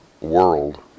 world